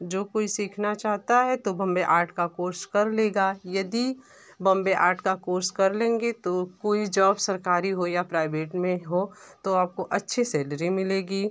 जो कोई सीखना चाहता है तो बॉम्बे आर्ट का कोर्स कर लेगा यदि बॉम्बे आर्ट का कोर्स कर लेंगे तो कोई जॉब सरकारी हो या प्राइवेट में हो तो आपको अच्छी सैलरी मिलेगी